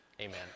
Amen